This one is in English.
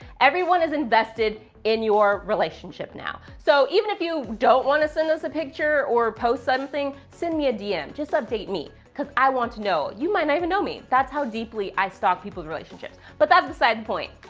everyone is invested in your relationship now. so even if you don't want to send us a picture or post something, send me a dm, just update me, because i want to know. you might not even know me. that's how deeply i stalk people's relationships. but that's beside the point.